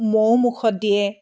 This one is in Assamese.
মৌ মুখত দিয়ে